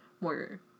more